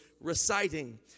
reciting